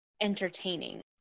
entertaining